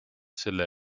selle